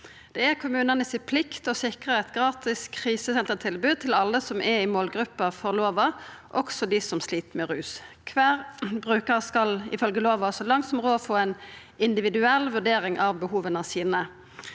til kommunane å sikra eit gratis krisesentertilbod til alle som er i målgruppa for lova, også dei som slit med rus. Kvar brukar skal ifølgje lova så langt som råd få ei individuell vurdering av behova sine.